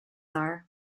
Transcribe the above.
are